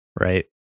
right